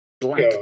black